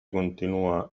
continua